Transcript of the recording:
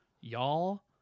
y'all